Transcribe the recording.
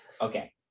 Okay